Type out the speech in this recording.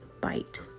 bite